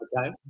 okay